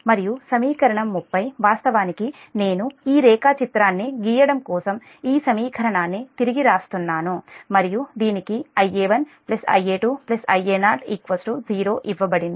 మరియు సమీకరణం 30 వాస్తవానికి నేను ఈ రేఖాచిత్రాన్ని గీయడం కోసం ఈ సమీకరణాన్ని తిరిగి వ్రాస్తున్నాను మరియు దీనికి Ia1 Ia2 Ia0 0 ఇవ్వబడింది